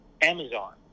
Amazon